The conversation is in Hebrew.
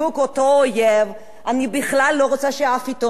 אני בכלל לא רוצה שעיתון אחד במדינת ישראל ייסגר,